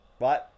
Right